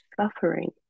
suffering